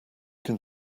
can